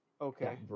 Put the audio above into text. Okay